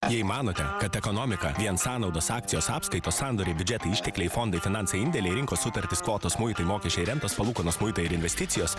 jei manote kad ekonomika vien sąnaudos akcijos apskaitos sandoriai biudžeto ištekliai fondai finansai indėliai rinkos sutartis kvotos muitai mokesčiai rentos palūkanos muitai ir investicijos